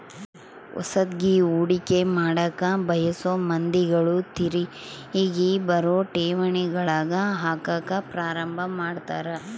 ಹೊಸದ್ಗಿ ಹೂಡಿಕೆ ಮಾಡಕ ಬಯಸೊ ಮಂದಿಗಳು ತಿರಿಗಿ ಬರೊ ಠೇವಣಿಗಳಗ ಹಾಕಕ ಪ್ರಾರಂಭ ಮಾಡ್ತರ